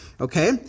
Okay